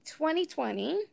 2020